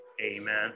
Amen